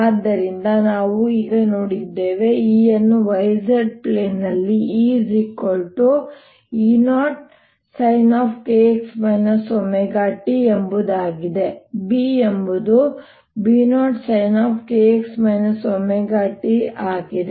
ಆದ್ದರಿಂದ ನಾವು ಈಗ ನೋಡಿದ್ದೇವೆ E ಅನ್ನು yz ಪ್ಲೇನ್ನಲ್ಲಿ E E0sin kx wt ಎಂಬುದಾಗಿದೆ ಮತ್ತು B ಎಂಬುದು B0sin kx wt ಆಗಿದೆ